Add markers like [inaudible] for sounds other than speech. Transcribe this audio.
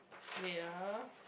wait ah [breath]